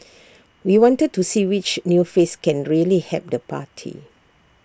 we wanted to see which new face can really help the party